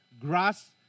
grass